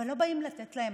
אבל לא באים לתת להם,